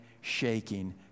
shaking